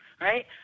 Right